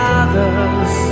others